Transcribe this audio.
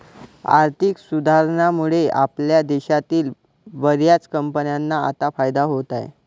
आर्थिक सुधारणांमुळे आपल्या देशातील बर्याच कंपन्यांना आता फायदा होत आहे